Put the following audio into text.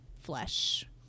flesh